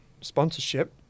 sponsorship